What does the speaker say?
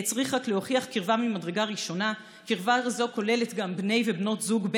הקרבה הזאת כוללת גם בני ובנות זוג,